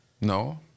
No